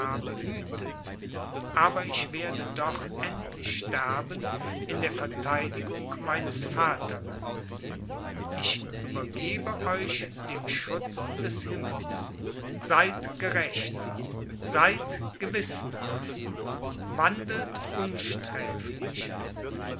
behütet aber ich werde doch endlich sterben in der verteidigung meines vaterlandes ich übergebe euch dem schutz des himmels seid gerecht seid gewissenhaft wandelt